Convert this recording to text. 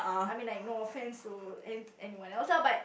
I mean like no offence to anyone else lah but